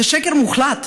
זה שקר מוחלט.